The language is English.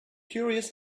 curious